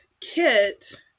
kit